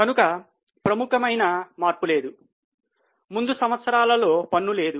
కనుక ప్రముఖమైన మార్పు లేదు ముందు సంవత్సరాలలో పన్ను లేదు